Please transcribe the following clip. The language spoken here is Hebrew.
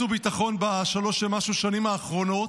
והביטחון בשלוש ומשהו שנים האחרונות,